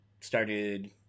started